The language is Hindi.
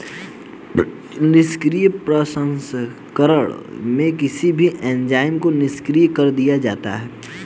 निष्क्रिय प्रसंस्करण में किसी भी एंजाइम को निष्क्रिय कर दिया जाता है